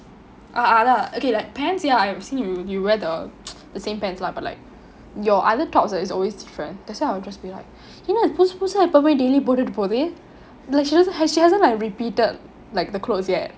ah அதான்:athaan okay like pants ya I've seen you you wear the same pants lah but like your other tops is always different that's why I would just be like என்ன புதுசு புதுசா எப்போமே:enna puthusu puthusa eppome daily போட்டுட்டு போகுது:potuttu poguthu like she hasn't she hasn't repeated like the clothes yet